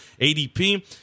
ADP